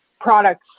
products